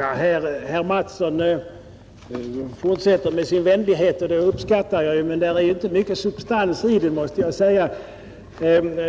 Herr talman! Herr Mattsson i Lane-Herrestad fortsätter med sin vänlighet, och det uppskattar jag, men det finns tyvärr inte mycket substans däri.